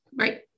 Right